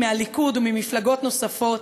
מהליכוד וממפלגות נוספות,